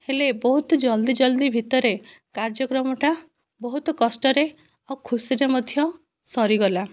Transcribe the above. ହେଲେ ବହୁତ ଜଲ୍ଦି ଜଲ୍ଦି ଭିତରେ କାର୍ଯ୍ୟକ୍ରମଟା ବହୁତ କଷ୍ଟରେ ଓ ଖୁସିରେ ମଧ୍ୟ ସରିଗଲା